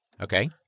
Okay